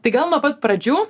tai gal nuo pat pradžių